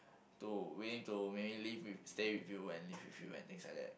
to willing to maybe live with stay with you and live with you and things like that